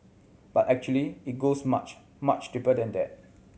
but actually it goes much much deeper than that